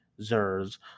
Zers